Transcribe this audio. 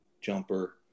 jumper